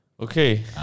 okay